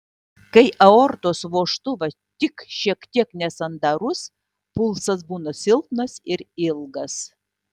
kai aortos vožtuvas tik šiek tiek nesandarus pulsas būna silpnas ir ilgas